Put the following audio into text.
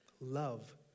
Love